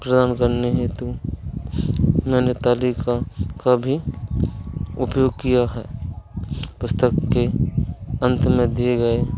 प्रदान करने हेतु तालिका का भी उपयोग किया है पुस्तक के अंत में दिए गए